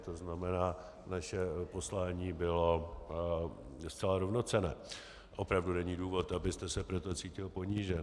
To znamená, naše poslání bylo zcela rovnocenné, opravdu není důvod, abyste se proto cítil ponížen.